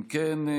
אם כן,